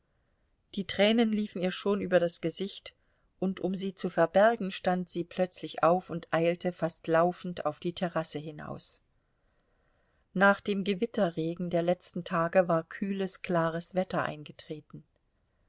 die tränen liefen ihr schon über das gesicht und um sie zu verbergen stand sie plötzlich auf und eilte fast laufend auf die terrasse hinaus nach dem gewitterregen der letzten tage war kühles klares wetter eingetreten